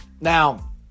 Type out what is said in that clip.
Now